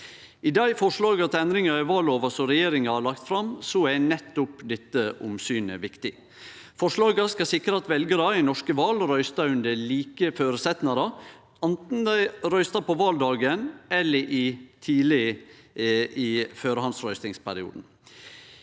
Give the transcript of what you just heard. I dei forslaga til endringar i vallova som regjeringa har lagt fram, er nettopp dette omsynet viktig. Forslaga skal sikre at veljarar i norske val røyster under like føresetnader anten dei røyster på valdagen eller tidleg i førehandsrøystingsperioden.